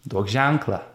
duok ženklą